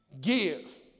give